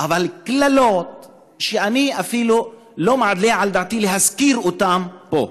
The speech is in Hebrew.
אבל קללות שאני אפילו לא מעלה על דעתי להזכיר אותן פה.